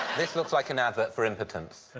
this looks like an advert for impotence.